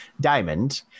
Diamond